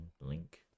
link